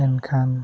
ᱮᱱᱠᱷᱟᱱ